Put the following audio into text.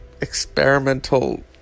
experimental